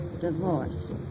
divorce